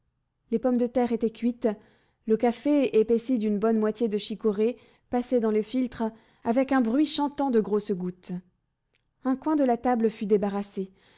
les pommes de terre étaient cuites le café épaissi d'une bonne moitié de chicorée passait dans le filtre avec un bruit chantant de grosses gouttes un coin de la table fut débarrassé